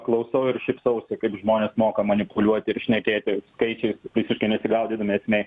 klausau ir šypsausi kaip žmonės moka manipuliuoti ir šnekėti skaičiais visiškai nesigaudydami esmėj